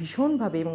ভীষণভাবে এবং